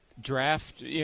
draft